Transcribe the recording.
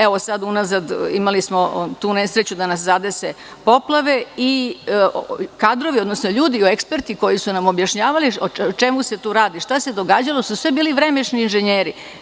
Evo, sad unazad imali smo tu nesreću da nas zadese poplave i kadrovi, odnosno ljudi eksperti, koji su nam objašnjavali o čemu se tu radi, šta se događalo, su sve bili vremešni inženjeri.